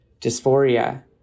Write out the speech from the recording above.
dysphoria